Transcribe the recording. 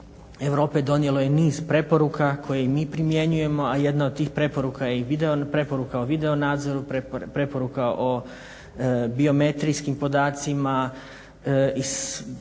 Europe donijelo je niz preporuka koje i mi primjenjujemo, a jedna od tih preporuka je i video, preporuka o video nadzoru, preporuka o biometrijskim podacima i s